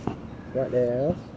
what else